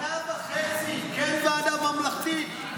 שנה וחצי, כן ועדה ממלכתית.